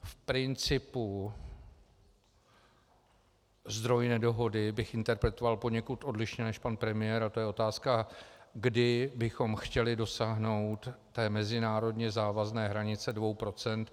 V principu zdroj nedohody bych interpretoval poněkud odlišně než pan premiér a to je otázka, kdy bychom chtěli dosáhnout mezinárodně závazné hranice 2 %.